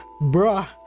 bruh